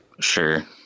Sure